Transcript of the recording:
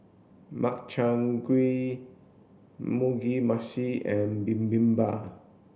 Makchang Gui Mugi Meshi and Bibimbap